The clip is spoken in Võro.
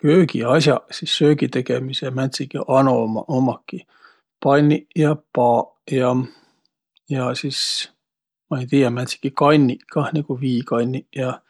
Köögias'aq, sis söögitegemise määntsegiq anomaq ummaki panniq ja paaq ja sis ma ei tiiäq, määntsegi kanniq kah, nigu viikanniq ja